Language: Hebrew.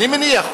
אני מניח,